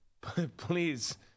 Please